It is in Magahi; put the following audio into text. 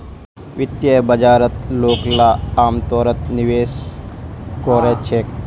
वित्तीय बाजारत लोगला अमतौरत निवेश कोरे छेक